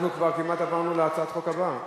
אנחנו כבר כמעט עברנו להצעת החוק הבאה.